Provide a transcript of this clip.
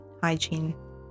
hygiene